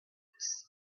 parts